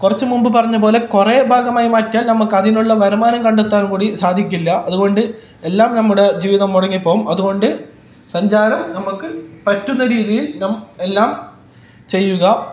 കുറച്ച് മുൻപ് പറഞ്ഞതുപോലെ കുറെ ഭാഗമായി മാറ്റിയാൽ നമുക്കതിനുള്ള വരുമാനം കണ്ടെത്താൻ കൂടി സാധിക്കില്ല അതുകൊണ്ട് എല്ലാം നമ്മുടെ ജീവിതം മുടങ്ങി പോവും അതുകൊണ്ട് സഞ്ചാരം നമുക്ക് പറ്റുന്ന രീതിയിൽ നാം എല്ലാം ചെയ്യുക